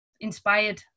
inspired